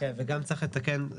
לומר --- וגם צריך לתקן,